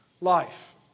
life